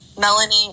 Melanie